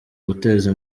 guteza